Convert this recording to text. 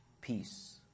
Peace